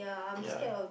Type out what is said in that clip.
ya